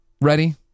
ready